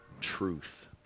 truth